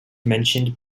mentioned